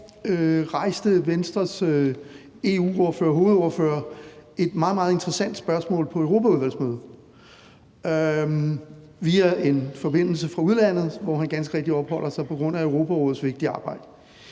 rejste Venstres EU-hovedordfører et meget, meget interessant spørgsmål på europaudvalgsmødet, og det var via en forbindelse fra udlandet, hvor han ganske rigtigt opholder sig på grund af Europarådets vigtige arbejde.